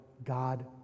God